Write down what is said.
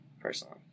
personally